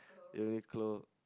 Uniqlo